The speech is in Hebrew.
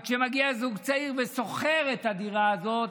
אז כשמגיע זוג צעיר ושוכר את הדירה הזאת,